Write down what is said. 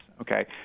Okay